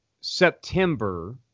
September